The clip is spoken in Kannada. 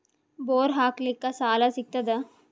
ಬೋರ್ ಹಾಕಲಿಕ್ಕ ಸಾಲ ಸಿಗತದ?